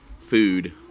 food